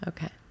Okay